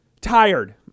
tired